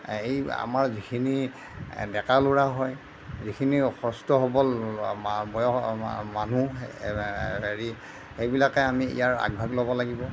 এই আমাৰ যিখিনি ডেকা ল'ৰা হয় যিখিনি সুস্থ সৱল বয়সস্থ মানুহ হেৰি সেইবিলাকে আমি ইয়াত আগভাগ ল'ব লাগিব